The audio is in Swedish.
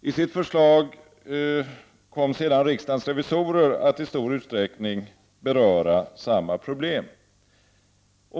I sitt förslag kom sedan riksdagens revisorer att i stor utsträckning beröra samma problem.